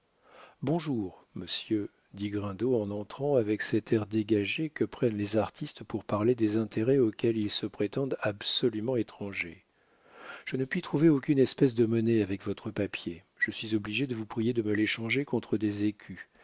bonjour monsieur dit grindot en entrant avec cet air dégagé que prennent les artistes pour parler des intérêts auxquels ils se prétendent absolument étrangers je ne puis trouver aucune espèce de monnaie avec votre papier je suis obligé de vous prier de me l'échanger contre des écus